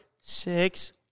six